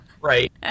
Right